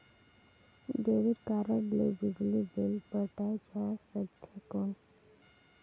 Debit card ले बिजली bill पटाय जा सकथे कौन?